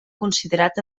considerat